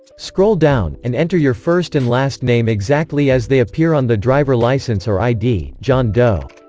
scroll down, and enter your first and last name exactly as they appear on the driver license or id john doe